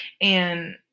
And-